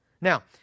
Now